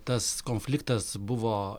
tas konfliktas buvo